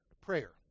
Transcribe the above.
prayer